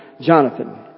Jonathan